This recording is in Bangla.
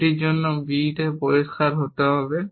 এটির জন্য b পরিষ্কার হতে হবে